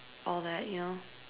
all that you know